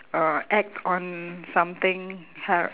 uh act on something hur~